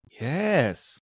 Yes